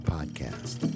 Podcast